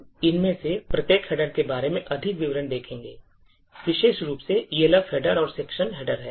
हम इनमें से प्रत्येक हेडर के बारे में अधिक विवरण देखेंगे विशेष रूप से Elf हेडर और सेक्शन हेडर